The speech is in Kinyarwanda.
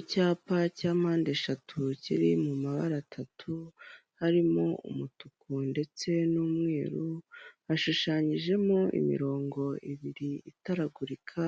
Icyapa cya mpande eshatu kiri mu mabara atatu harimo umutuku ndetse n'umweru, hashushanyijemo imirongo ibiri itaragurika.